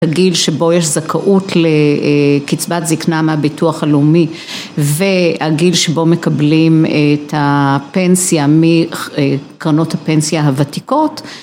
הגיל שבו יש זכאות לקצבת זקנה מהביטוח הלאומי והגיל שבו מקבלים את הפנסיה מקרנות הפנסיה הוותיקות